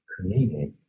created